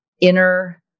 inner